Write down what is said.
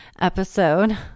episode